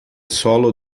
solo